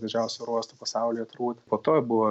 didžiausių oro uostų pasaulyje turbūt po to buvo